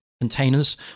containers